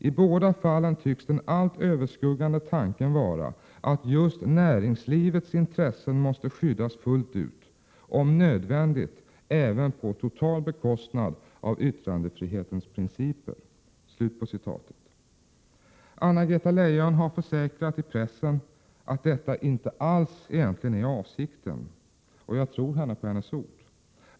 I båda fallen tycks den allt överskuggande tanken vara att just näringslivets intressen måste skyddas fullt ut — om nödvändigt även på total bekostnad av yttrandefrihetens principer.” Jag instämmer även i detta uttalande. Anna-Greta Leijon har i pressen försäkrat oss att detta inte alls är avsikten, och jag tror henne på hennes ord.